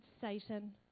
Satan